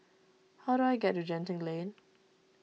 how do I get to Genting Lane